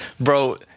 bro